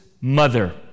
mother